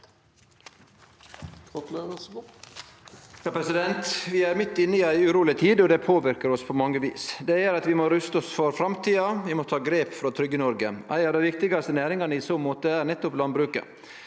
Vi er midt inne i ei uro- leg tid, og det påverkar oss på mange vis. Det gjer at vi må ruste oss for framtida, vi må ta grep for å tryggje Noreg. Ei av dei viktigaste næringane i så måte er nettopp landbruket.